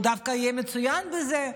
הוא דווקא יהיה מצוין בזה,